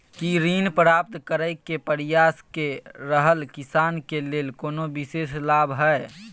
की ऋण प्राप्त करय के प्रयास कए रहल किसान के लेल कोनो विशेष लाभ हय?